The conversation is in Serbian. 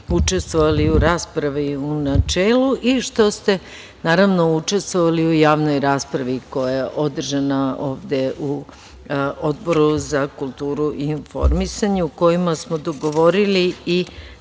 učestvovali u raspravi u načelu i što ste učestvovali u javnoj raspravi koja je održana ovde na Odboru za kulturu i informisanje i na kojoj smo dogovorili